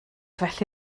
felly